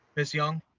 ms. young?